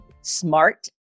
Smart